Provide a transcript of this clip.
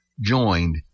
joined